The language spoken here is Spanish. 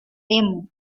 demo